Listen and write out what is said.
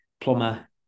plumber